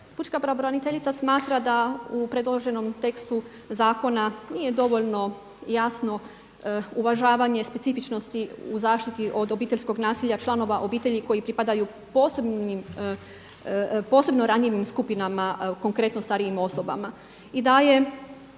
Pučka pravobraniteljica smatra da u predloženom tekstu zakona nije dovoljno jasno uvažavanje specifičnosti u zaštiti od obiteljskog nasilja članova obitelji koji pripadaju posebno ranjivim skupinama konkretno starijim osobama